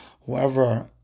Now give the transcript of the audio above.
Whoever